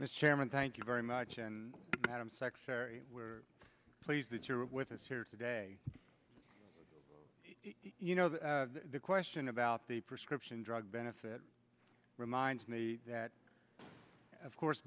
mr chairman thank you very much and madam secretary please that you're with us here today you know the question about the prescription drug benefit reminds me that of course